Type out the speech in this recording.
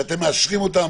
שאתם מאשרים אותם